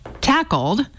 tackled